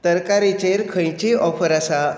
तरकारे चेर खंयची ऑफर आसा